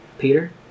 peter